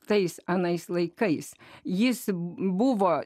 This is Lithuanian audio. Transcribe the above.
tais anais laikais jis buvo